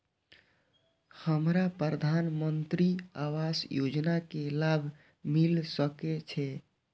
हमरा प्रधानमंत्री आवास योजना के लाभ मिल सके छे?